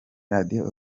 radiyo